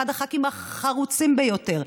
הוא אחד הח"כים החרוצים ביותר.